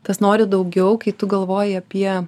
tas nori daugiau kai tu galvoji apie